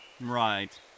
Right